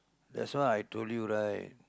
that's why I told you right